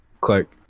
Clark